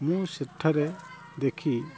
ମୁଁ ସେଠାରେ ଦେଖି